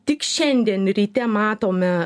tik šiandien ryte matome